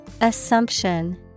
Assumption